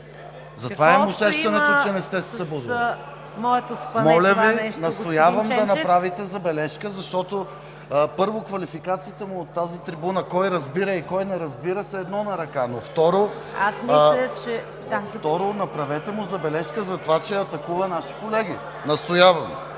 Ченчев? (Шум и реплики от ГЕРБ.) ИВАН ЧЕНЧЕВ: Моля Ви, настоявам да направите забележка. Защото, първо, квалификациите му от тази трибуна – кой разбира и кой не разбира, са едно на ръка, но, второ, направете му забележка за това, че атакува наши колеги. Настоявам!